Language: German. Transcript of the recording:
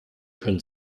können